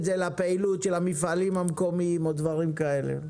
זה לפעילות של המפעלים המקומיים או דברים כאלה?